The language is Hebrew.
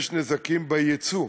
יש נזקים ליצוא.